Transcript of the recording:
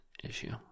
issue